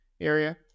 area